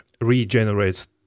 regenerates